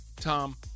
Tom